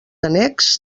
annex